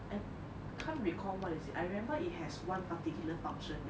I can't recall what is it I remember it has one particular function that